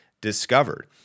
discovered